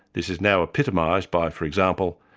this is now epitomised by for example,